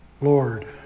Lord